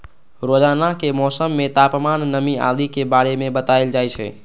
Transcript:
रोजानाक मौसम मे तापमान, नमी आदि के बारे मे बताएल जाए छै